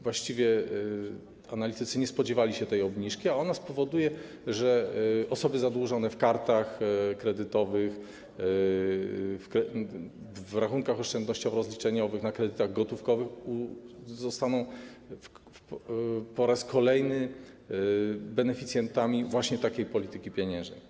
Właściwie analitycy nie spodziewali się tej obniżki, a ona spowoduje, że osoby zadłużone w kartach kredytowych, w rachunkach oszczędnościowo-rozliczeniowych, na kredytach gotówkowych zostaną po raz kolejny beneficjentami takiej polityki pieniężnej.